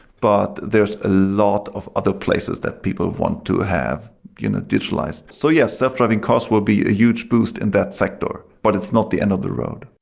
but there's a lot of other places that people want to have you know digitalized. so yes, self-driving cars will be a huge boost in that sector, but it's not the end of the road.